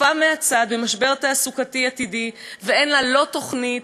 צופה מהצד במשבר תעסוקתי עתידי ואין לה לא תוכנית,